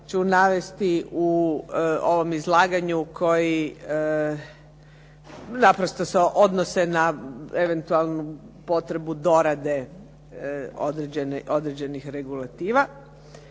ću navesti u ovom izlaganju koji naprosto se odnose na eventualnu potrebu dorade određenih regulativa.